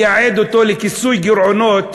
לייעד אותו לכיסוי גירעונות